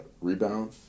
rebound